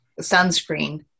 sunscreen